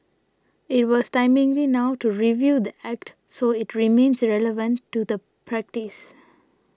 it was timely now to review the Act so it remains relevant to the practice